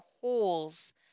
holes